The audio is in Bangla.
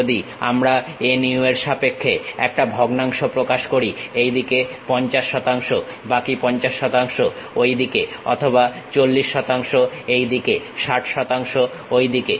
যদি আমরা nu এর সাপেক্ষে একটা ভগ্নাংশ প্রকাশ করি এইদিকে 50 শতাংশ বাকি 50 শতাংশ ঐদিকে অথবা 40 শতাংশ এইদিকে 60 শতাংশ ঐদিকে